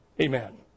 Amen